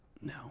no